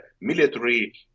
military